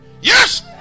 Yes